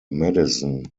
madison